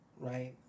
right